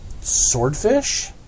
Swordfish